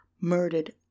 murdered